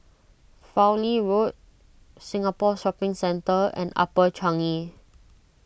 Fowlie Road Singapore Shopping Centre and Upper Changi